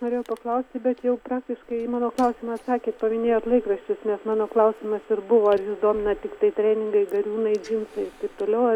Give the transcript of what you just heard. norėjau paklausti bet jau praktiškai į mano klausimą atsakė paminėjot laikraščius nes mano klausimas ir buvo ar domina tiktai treningai gariūnai džinsai ir taip toliau